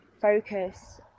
focus